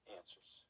answers